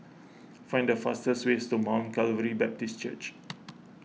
find the fastest ways to Mount Calvary Baptist Church